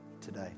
today